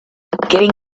getting